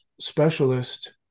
specialist